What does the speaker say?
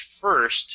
first